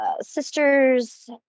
sisters